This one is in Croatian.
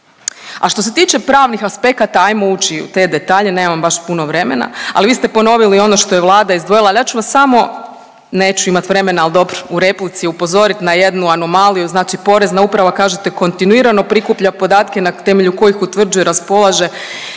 A što se tiče pravnih aspekata ajmo ući i u te detalje nemam baš puno vremena, ali vi ste ponovili i ono što je Vlada izdvojila, ali ja ću vas samo neću imat vremena, ali dobro u replici upozorit na jednu anomaliju, znači Porezna uprava kažete kontinuirano prikuplja podatke na temelju kojih utvrđuje, raspolaže